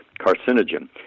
carcinogen